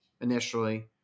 initially